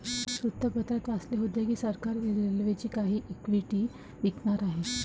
वृत्तपत्रात वाचले होते की सरकार रेल्वेची काही इक्विटी विकणार आहे